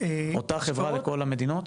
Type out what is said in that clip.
--- אותה חברה לכל המדינות?